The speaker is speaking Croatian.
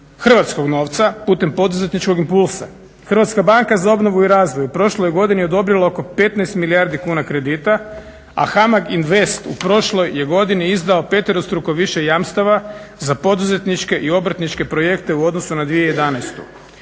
hrvatskog novca putem poduzetničkog impulsa. Hrvatska banka za obnovu i razvoj u prošloj godini je odobrila oko 15 milijardi kuna kredita, a HAMAG INVEST u prošloj je godini izdao peterostruko više jamstava za poduzetničke i obrtničke projekte u odnosu na 2011.